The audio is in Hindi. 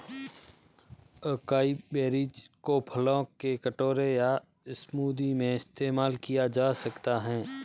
अकाई बेरीज को फलों के कटोरे या स्मूदी में इस्तेमाल किया जा सकता है